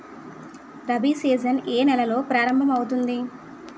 Rabi season ఏ నెలలో ప్రారంభమౌతుంది?